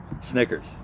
Snickers